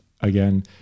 again